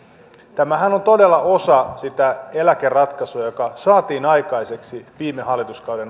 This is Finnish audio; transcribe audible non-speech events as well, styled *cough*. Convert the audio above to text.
tämähän on on todella osa sitä eläkeratkaisua joka saatiin aikaiseksi viime hallituskauden *unintelligible*